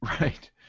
Right